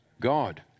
God